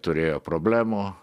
turėjo problemų